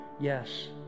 yes